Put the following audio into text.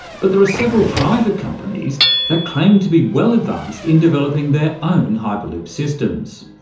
but there are several private companies that claim to be well advanced in developing their own hyperloop systems.